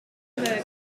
other